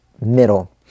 middle